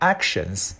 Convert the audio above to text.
Actions